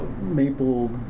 Maple